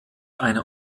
eine